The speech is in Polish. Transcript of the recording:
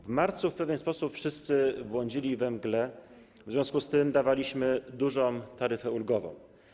W marcu w pewien sposób wszyscy błądzili we mgle, w związku z tym dawaliśmy dużą taryfę ulgową.